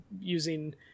using